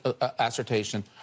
assertion